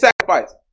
sacrifice